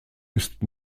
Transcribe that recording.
ist